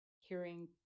hearing